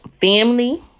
Family